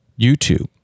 YouTube